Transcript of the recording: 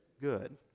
Good